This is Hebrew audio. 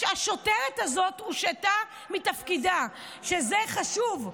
השוטרת הזאת הושעתה מתפקידה, שזה חשוב,